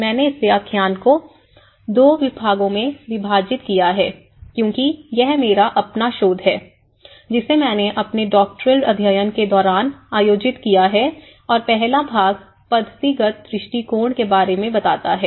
मैंने इस व्याख्यान को दो भागों में विभाजित किया है क्योंकि यह मेरा अपना शोध है जिसे मैंने अपने डॉक्टोरल अध्ययन के दौरान आयोजित किया है और पहला भाग पद्धतिगत दृष्टिकोण के बारे में बताता है